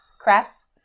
Crafts